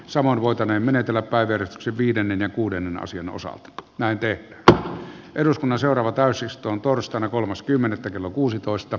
saman voitane menetellä paatero sen viidennen ja kuudennen asian osalta näytteet tuo eduskunnan seuraava täysistun torstaina kolmas kymmenettä kello kuusitoista